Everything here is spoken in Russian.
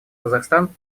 казахстан